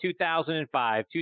2005